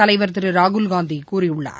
தலைவர் திருராகுல் காந்திகூறியுள்ளார்